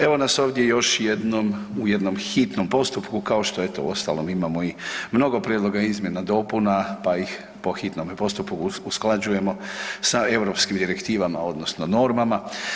Evo nas ovdje još jednom u jednom hitnom postupku kao što eto uostalom imamo i mnogo prijedloga izmjena, dopuna pa ih po hitnome postupku usklađujemo sa europskim direktivama odnosno normama.